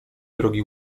drogi